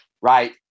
Right